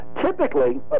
typically